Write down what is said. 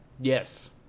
Yes